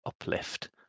uplift